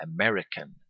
American